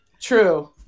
True